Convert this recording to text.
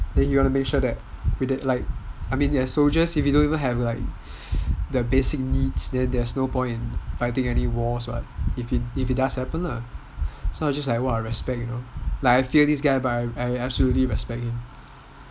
then he wants to make sure that as soldiers if we don't even have the basic needs then there's no point fighting any wars if it does happen lah so I'm like !wah! respect you know I fear this guy but I absolutely respect him